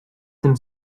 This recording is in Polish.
tym